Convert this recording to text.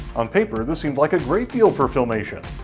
on paper, this seemed like a great deal for filmation.